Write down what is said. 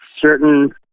certain